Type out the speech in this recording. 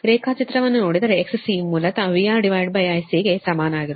ರೇಖಾಚಿತ್ರವನ್ನು ನೋಡಿದರೆ XC ಮೂಲತಃ VRIC ಗೆ ಸಮಾನವಾಗಿರುತ್ತದೆ